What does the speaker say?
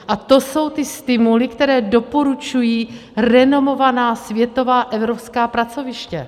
A to jsou ty stimuly, které doporučují renomovaná světová evropská pracoviště.